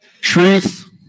Truth